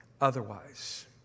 otherwise